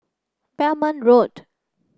Belmont Road